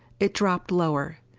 it dropped lower.